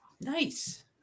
Nice